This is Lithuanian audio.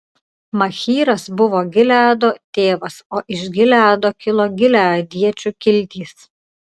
machyras buvo gileado tėvas o iš gileado kilo gileadiečių kiltys